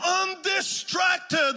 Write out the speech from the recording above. undistracted